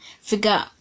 figure